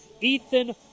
Ethan